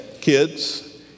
kids